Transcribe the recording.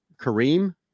Kareem